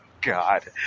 God